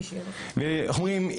ואיך אומרים,